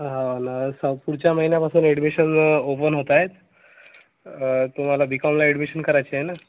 हो ना सर पुढच्या महिन्यापासून ॲडमिशन ओपन होत आहेत तुम्हाला बी कॉमला ॲडमिशन करायची आहे ना